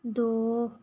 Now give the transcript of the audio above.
दो